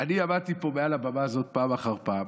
אני עמדתי פה מעל הבמה הזאת פעם אחר פעם